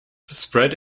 spread